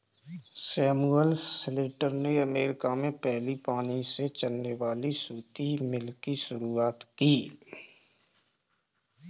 Samuel Slater ने America में पहली पानी से चलने वाली सूती मिल की शुरुआत की